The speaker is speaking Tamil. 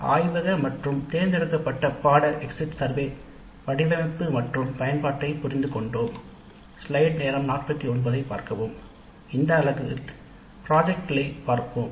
ஆய்வக மற்றும் தேர்ந்தெடுக்கப்பட்ட பாடநெறி எக்ஸிட் சர்வே வடிவமைப்பு மற்றும் பயன்பாட்டை புரிந்துகொண்டோம் இந்த பிரிவில் திட்டங்களைப் பார்ப்போம்